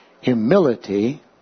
Humility